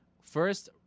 first